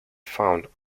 found